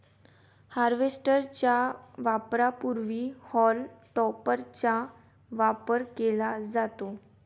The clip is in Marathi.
हार्वेस्टर च्या वापरापूर्वी हॉल टॉपरचा वापर केला जातो